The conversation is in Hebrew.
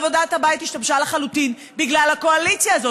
אבל עבודת הבית השתבשה לחלוטין בגלל הקואליציה הזאת.